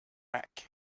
rack